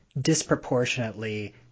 disproportionately